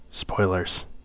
spoilers